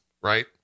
Right